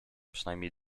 przynajmniej